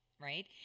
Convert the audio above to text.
right